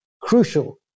crucial